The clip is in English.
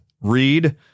read